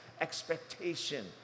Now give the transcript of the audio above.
expectation